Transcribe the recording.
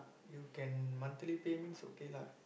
you can monthly pay means okay lah